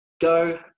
go